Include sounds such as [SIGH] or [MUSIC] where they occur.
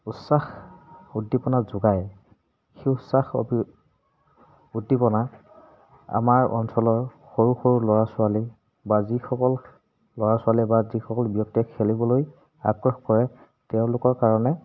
[UNINTELLIGIBLE] আমাৰ অঞ্চলৰ সৰু সৰু ল'ৰা ছোৱালী বা যিসকল ল'ৰা ছোৱালী বা যিসকল ব্যক্তিয়ে খেলিবলৈ আগ্ৰহ কৰে তেওঁলোকৰ কাৰণে